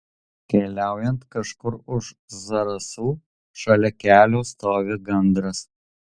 keliaujant kažkur už zarasų šalia kelio stovi gandras